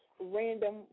random